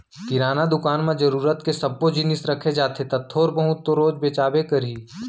किराना दुकान म जरूरत के सब्बो जिनिस रखे जाथे त थोर बहुत तो रोज बेचाबे करही